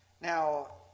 Now